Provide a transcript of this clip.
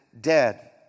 dead